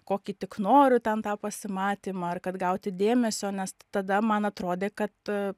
kokį tik noriu ten tą pasimatymą ar kad gauti dėmesio nes tada man atrodė kad